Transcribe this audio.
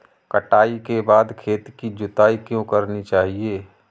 कटाई के बाद खेत की जुताई क्यो करनी चाहिए?